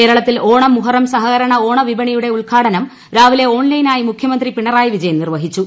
കേരളത്തിൽ ഓണം മുഹറം സഹകരണ ഓണ വിപണിയുടെ ഉദ്ഘാടനം രാവിലെ ഓൺലൈൻ ആയി മുഖ്യമന്ത്രി പിണറായി വിജയൻ നിർവഹിച്ചു